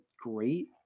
great